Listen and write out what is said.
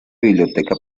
biblioteca